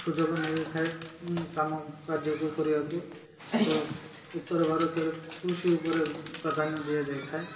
ସୁଯୋଗ ମିଳିଥାଏ କାମ କାର୍ଯ୍ୟକୁ କରିବାକୁ କିନ୍ତୁ ଉତ୍ତର ଭାରତରେ କୃଷି ଉପରେ ପ୍ରାଧାନ୍ୟ ଦିଆଯାଇ ଥାଏ